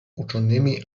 uczonymi